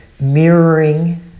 mirroring